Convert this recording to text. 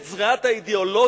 את זריעת האידיאולוגיה,